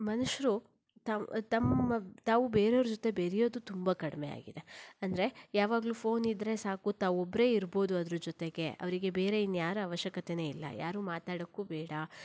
ಮನುಷ್ಯರು ತಮ್ ತಮ್ಮ ತಾವು ಬೇರೆಯವರ ಜೊತೆ ಬೆರಿಯೋದು ತುಂಬ ಕಡಿಮೆಯಾಗಿದೆ ಅಂದರೆ ಯಾವಾಗಲೂ ಫೋನ್ ಇದ್ದರೆ ಸಾಕು ತಾವೊಬ್ಬರೇ ಇರ್ಬೋದು ಅದರ ಜೊತೆಗೆ ಅವರಿಗೆ ಬೇರೆ ಇನ್ಯಾರ ಅವಶ್ಯಕತೆಯೇ ಇಲ್ಲ ಯಾರೂ ಮಾತಾಡಕ್ಕೂ ಬೇಡ